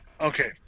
okay –